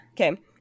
Okay